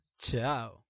Ciao